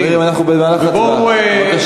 חברים, אנחנו במהלך הצבעה.